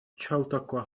chautauqua